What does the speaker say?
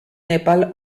nepal